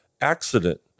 accident